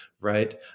right